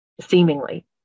seemingly